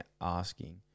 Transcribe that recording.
asking